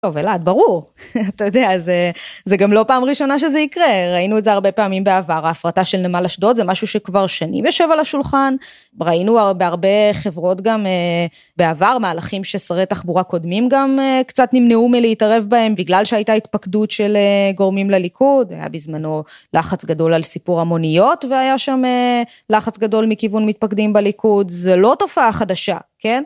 טוב אלעד, ברור, אתה יודע, זה גם לא פעם ראשונה שזה יקרה, ראינו את זה הרבה פעמים בעבר. ההפרטה של נמל אשדוד זה משהו שכבר שנים יושב על השולחן. ראינו בהרבה חברות גם בעבר מהלכים ששרי תחבורה קודמים גם קצת נמנעו מלהתערב בהם בגלל שהייתה התפקדות של גורמים לליכוד. היה בזמנו לחץ גדול על סיפור המוניות והיה שם לחץ גדול מכיוון מתפקדים בליכוד. זה לא תופעה חדשה, כן?